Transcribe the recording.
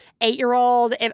eight-year-old